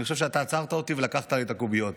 אני חושב שאתה עצרת אותי ולקחת לי את הקוביות,